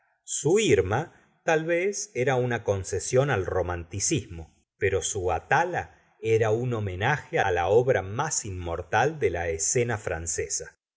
su irma tal vez era una concesión al romanticismo pero su atala era un homenaje la obra más inmortal de la escena francesa